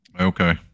Okay